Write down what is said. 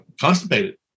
constipated